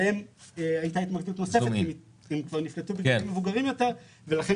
עליהן הייתה התמקדות נוספת כי הן נפלטו בגילים מבוגרים יותר ולכן